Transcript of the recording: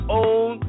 own